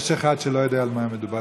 יש אחד שלא יודע על מה מדובר,